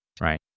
right